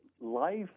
life